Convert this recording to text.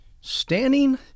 standing